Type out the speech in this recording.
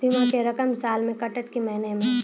बीमा के रकम साल मे कटत कि महीना मे?